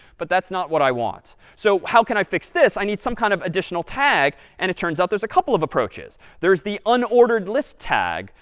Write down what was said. but that's not what i want. so how can i fix this? i need some kind of additional tag. and it turns out there's a couple of approaches. there's the unordered list tag,